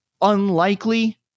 unlikely